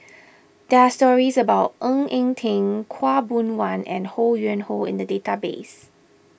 there are stories about Ng Eng Teng Khaw Boon Wan and Ho Yuen Hoe in the database